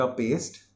paste